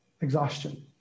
exhaustion